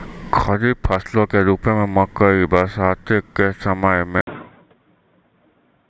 खरीफ फसलो के रुपो मे मकइ बरसातो के समय मे उगैलो जाय छै